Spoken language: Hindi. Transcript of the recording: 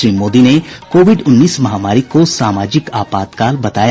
श्री मोदी ने कोविड उन्नीस महामारी को सामाजिक आपातकाल बताया